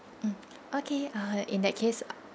mm okay uh in that case